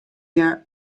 hja